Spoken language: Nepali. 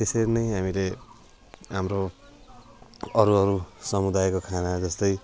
त्यसरी नै हामीले हाम्रो अरू अरू समुदायको खाना जस्तै